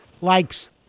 likes